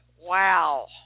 wow